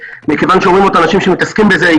אומרים אותה אנשים שמתעסקים בזה,